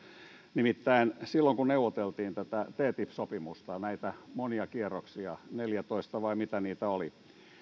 nimittäin silloin kun neuvoteltiin tätä ttip sopimusta ja oli näitä monia kierroksia neljätoista vai mitä niitä oli